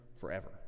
forever